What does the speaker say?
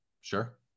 Sure